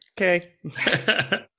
Okay